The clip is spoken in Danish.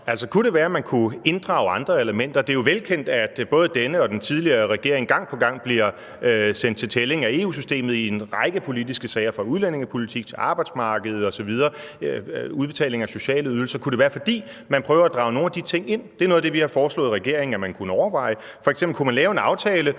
være, at man kunne inddrage andre elementer? Det er jo velkendt, at både denne og den tidligere regering gang på gang bliver sendt til tælling af EU-systemet i en række politiske sager – fra udlændingepolitik til arbejdsmarkedspolitik og udbetaling af sociale ydelser osv. Kunne det være, fordi man prøver at drage nogle af de ting ind? Det er noget af det, vi har foreslået regeringen at man kunne overveje. F.eks. kunne man lave en aftale,